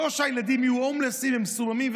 זה או שהילדים יהיו הומלסים ומסוממים,